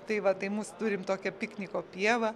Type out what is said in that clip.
tai va tai mus turim tokią pikniko pievą